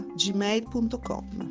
gmail.com